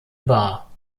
bar